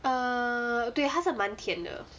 err 对它是满甜的